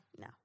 No